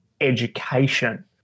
education